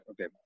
okay